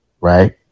Right